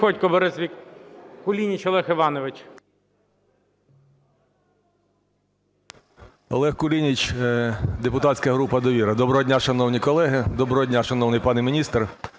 Олег Кулініч, депутатська група "Довіра". Доброго дня, шановні колеги. Доброго дня, шановний пане міністр.